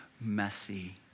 messy